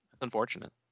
unfortunate